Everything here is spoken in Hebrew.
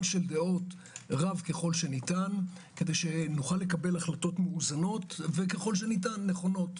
דעות רב ככל הניתן כדי שנוכל לקבל החלטות מאוזנות וככל שניתן - נכונות.